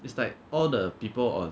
it's like all the people on